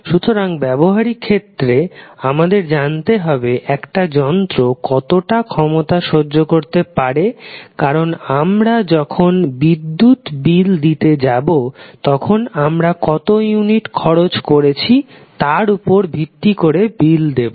সুতরাং ব্যবহারিক ক্ষেত্রে আমাদের জানতে হবে একটি যন্ত্র কতটা ক্ষমতা সহ্য করতে পারে কারণ আমরা যখন বিদ্যুৎ বিল দিতে যাবো তখন আমরা কত ইউনিট খরচ করেছি তার উপর ভিত্তি করে বিল দেবো